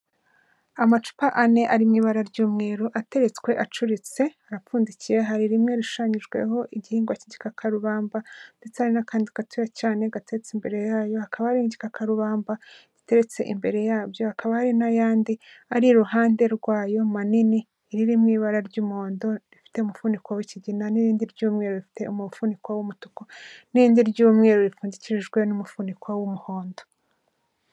Amacupa ane ari mu ibara ry'umweru ateretswe acuritse, arapfundikiye ,hari rimwe rishushanyijweho igihingwa k'igikakarubamba ndetse n'akandi gato cyane gateretse imbere yayo, hakaba ar'igikakarubamba giteretse imbere yabyo hakaba hari andi ari iruhande rwayo manini iriri mu ibara ry'umuhondo rifite umufuniko w'ikigina n'irindi ry'umweru rifite umufuniko w'umutuku n'irindi ry'umweru ripfundikijwe n'umufuniko w'umuhondo.